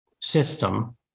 system